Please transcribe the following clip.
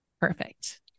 Perfect